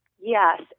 Yes